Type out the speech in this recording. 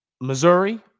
Missouri